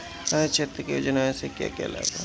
सामाजिक क्षेत्र की योजनाएं से क्या क्या लाभ है?